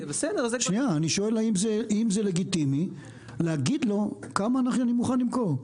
אני שואל אם זה לגיטימי להגיד לו כמה אני מוכן למכור?